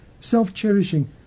self-cherishing